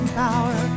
power